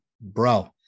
bro